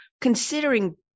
considering